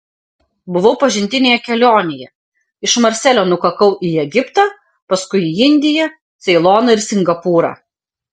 buvau pažintinėje kelionėje iš marselio nukakau į egiptą paskui į indiją ceiloną ir singapūrą